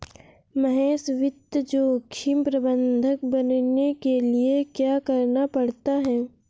महेश वित्त जोखिम प्रबंधक बनने के लिए क्या करना पड़ता है?